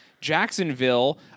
Jacksonville